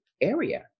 area